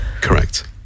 Correct